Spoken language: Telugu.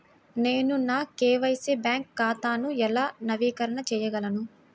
నేను నా కే.వై.సి బ్యాంక్ ఖాతాను ఎలా నవీకరణ చేయగలను?